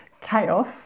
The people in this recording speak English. chaos